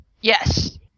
Yes